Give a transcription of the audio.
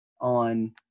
On